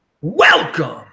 Welcome